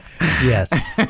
yes